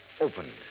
opened